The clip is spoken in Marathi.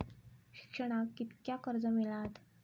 शिक्षणाक कीतक्या कर्ज मिलात?